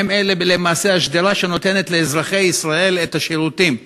שהם בעצם השדרה שנותנת לאזרחי ישראל את השירותים.